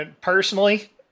personally